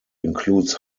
includes